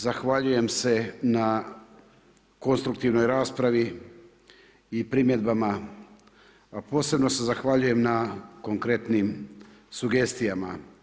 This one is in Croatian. Zahvaljujem se na konstruktivnoj raspravi i primjedbama a posebno se zahvaljujem na konkretnim sugestijama.